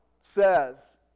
says